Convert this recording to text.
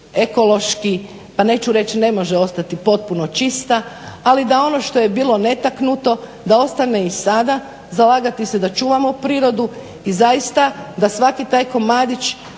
ekološki pa neću reći ne može ostati potpuno čista ali da ono što je bilo netaknuto da ostane i sada zalagati se da čuvamo prirodu i zaista da svaki taj komadić